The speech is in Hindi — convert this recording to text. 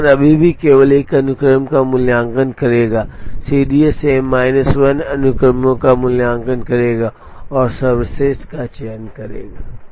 पामर अभी भी केवल एक अनुक्रम का मूल्यांकन करेगा CDS m माइनस 1 अनुक्रमों का मूल्यांकन करेगा और सर्वश्रेष्ठ का चयन करेगा